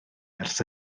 ers